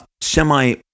semi